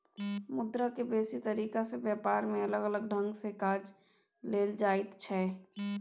मुद्रा के बेसी तरीका से ब्यापार में अलग अलग ढंग से काज लेल जाइत छै